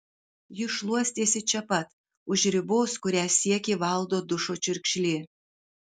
ji šluostėsi čia pat už ribos kurią siekė valdo dušo čiurkšlė